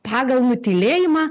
pagal nutylėjimą